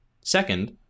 Second